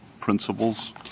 principles